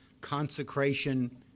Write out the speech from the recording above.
consecration